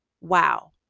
Wow